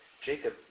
Jacob